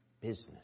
business